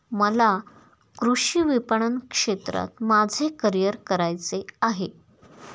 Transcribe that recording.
मला कृषी विपणन क्षेत्रात माझे करिअर करायचे आहे